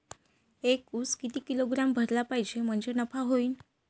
एक उस किती किलोग्रॅम भरला पाहिजे म्हणजे नफा होईन?